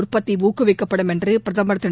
உற்பத்தி ஊக்குவிக்கப்படும் என்று பிரதமர் திரு